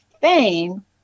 Fame